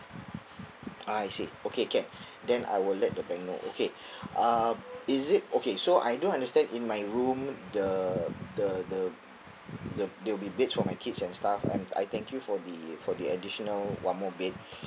I see okay can then I will let the bank know okay uh is it okay so I do understand in my room the the the the there will be beds for my kids and stuff and I thank you for the for the additional one more bed